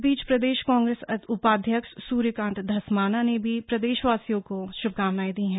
इस बीच प्रदेश कांग्रेस उपाध्यक्ष सूर्यकांत धस्माना ने भी प्रदेशवासियों को शुभकामनाएं दी हैं